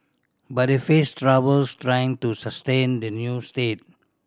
but they face troubles trying to sustain the new state